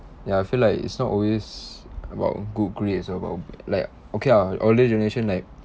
ya I feel like it's not always about good grades about like okay uh older generation like